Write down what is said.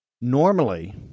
Normally